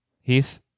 Heath